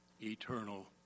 eternal